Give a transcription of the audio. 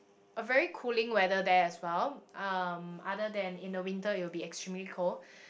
a very cooling weather there as well um other than in the winter you would be extremely cold